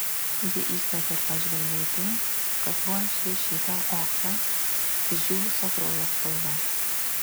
ji įkvėpė ir pažvelgė į tai kas buvo išrašyta ochra išdžiūvusio kraujo spalva